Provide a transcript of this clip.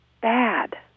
bad